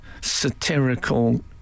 satirical